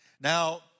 Now